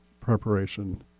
preparation